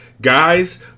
guys